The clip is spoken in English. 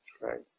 right